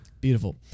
beautiful